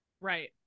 right